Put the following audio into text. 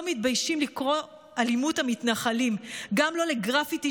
לא מתביישים לקרוא "אלימות המתנחלים"; גם לא לגרפיטי,